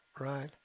right